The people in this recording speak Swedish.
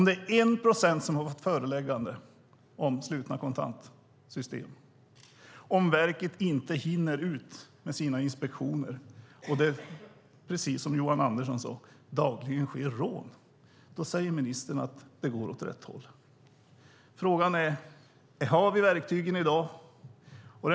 Det är 1 procent som har fått föreläggande om slutna kontantsystem och verket hinner inte ut med sina inspektioner. Det sker dagligen, precis som Johan Andersson sade, rån. Men ministern säger att det går åt rätt håll. Frågan är: Har vi i dag verktygen?